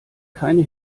keine